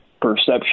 perception